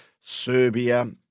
Serbia